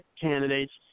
candidates